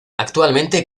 actualmente